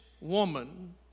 woman